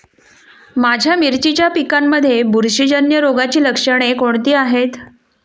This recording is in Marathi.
माझ्या मिरचीच्या पिकांमध्ये बुरशीजन्य रोगाची लक्षणे कोणती आहेत?